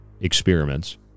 experiments